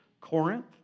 Corinth